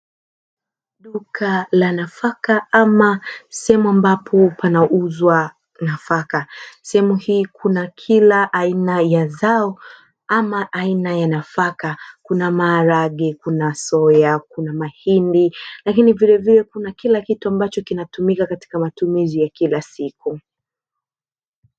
Duka la nafaka ama sehemu ambapo panauzwa nafaka. Sehemu hii kuna kila aina ya zao ama aina ya nafaka. Kuna maharage, kuna soya, kuna mahindi, lakini vilevile kuna kila kitu ambacho kinatumika katika matumizi ya kila siku.